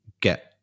get